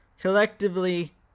collectively